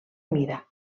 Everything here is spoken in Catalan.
mida